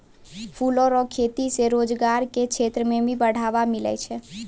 फूलो रो खेती से रोजगार के क्षेत्र मे भी बढ़ावा मिलै छै